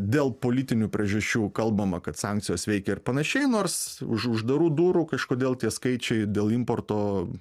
dėl politinių priežasčių kalbama kad sankcijos veikia ir panašiai nors už uždarų durų kažkodėl tie skaičiai dėl importo